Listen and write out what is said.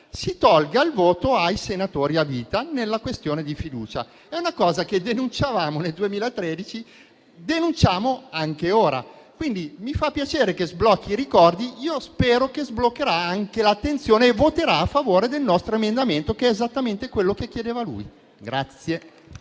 si toglie il voto ai senatori a vita sulla questione di fiducia. È una cosa che denunciavamo nel 2013 e denunciamo anche ora. Quindi mi fa piacere che si sblocchino i ricordi; spero che si sbloccherà anche l'attenzione e che il senatore Berrino voterà a favore del nostro emendamento, che è esattamente quello che chiedeva lui.